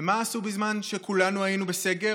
ומה עשו בזמן שכולנו היינו בסגר?